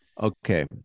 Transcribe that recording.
Okay